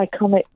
iconic